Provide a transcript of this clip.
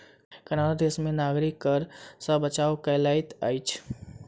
Canada देश में नागरिक कर सॅ बचाव कय लैत अछि